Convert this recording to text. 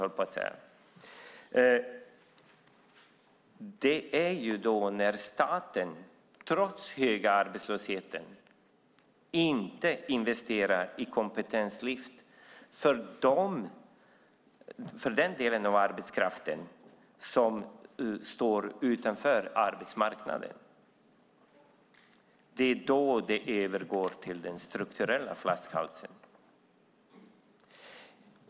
Jo, det är när staten trots hög arbetslöshet inte investerar i kompetenslyft för den del av arbetskraften som står utanför arbetsmarknaden. Det är då det övergår till en strukturell flaskhals.